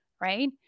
right